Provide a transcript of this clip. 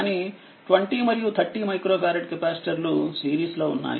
కానీ20మరియు30 micro ఫారెడ్కెపాసిటర్లుసిరీస్లో ఉన్నాయి